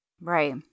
Right